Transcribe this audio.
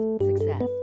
Success